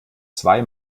zwei